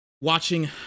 watching